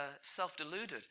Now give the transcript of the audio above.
self-deluded